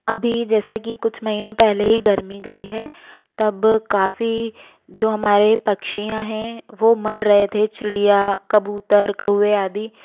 अभी जैसा कि कुछ महीनों पहले ही गर्मी गई है तब काफ़ी जो हमारे पक्षियाँ हैं वो मर रहे थे चिड़िया कबूतर कौए आदि